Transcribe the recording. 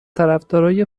طرفدارای